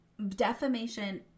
Defamation